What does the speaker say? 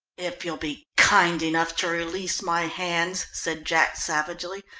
if you'll be kind enough to release my hands, said jack savagely,